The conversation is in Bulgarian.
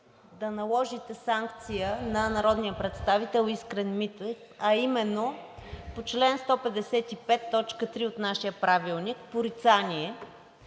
да наложите санкция на народния представител Искрен Митев, а именно по чл. 155, т. 3 от нашия Правилник – порицание,